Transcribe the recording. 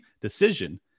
decision